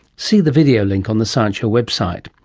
see the video link on the science show website.